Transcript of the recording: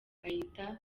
ahita